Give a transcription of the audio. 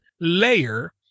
layer